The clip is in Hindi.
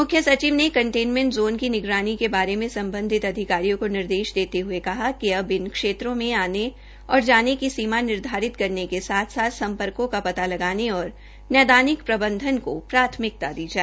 मुख्य सचिव ने कंटेनेमेंट ज़ोन की निगरानी के बारे मे सम्बधित अधिकारियों को निर्देश देते हये कहा कि इन क्षेत्रों मे आने और जाने की सीमा निर्धारित करने के साथ साथ सम्पर्को का पता लगाने और नैदानिक प्रबंधन को प्राथमिकता दी जाये